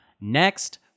next